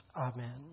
Amen